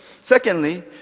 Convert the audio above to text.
secondly